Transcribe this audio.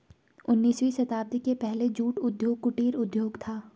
उन्नीसवीं शताब्दी के पहले जूट उद्योग कुटीर उद्योग था